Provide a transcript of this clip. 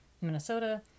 Minnesota